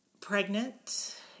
Pregnant